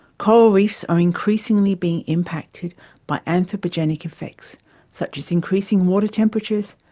coral reefs are increasingly being impacted by anthropogenic effects such as increasing water temperatures,